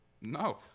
No